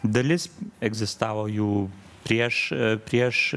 dalis egzistavo jų prieš prieš